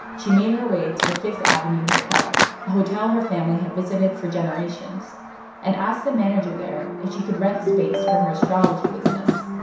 she made her way to the fifth avenue hotel a hotel her family had visited for generations and asked the manager there if she could rent space for her astrology business.